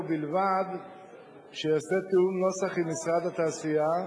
ובלבד שייעשה תיאום נוסח עם משרד התעשייה,